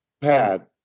pad